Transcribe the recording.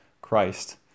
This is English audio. Christ